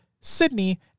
Sydney